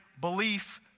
belief